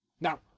Now